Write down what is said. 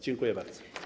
Dziękuję bardzo.